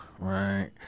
right